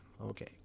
Okay